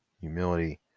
humility